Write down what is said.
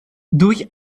durch